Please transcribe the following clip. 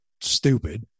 stupid